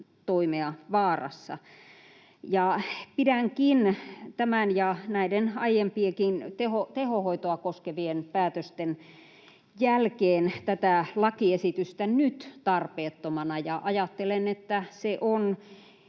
toimea vaarassa. Pidänkin tämän ja näiden aiempienkin tehohoitoa koskevien päätösten jälkeen tätä lakiesitystä nyt tarpeettomana ja ajattelen, että se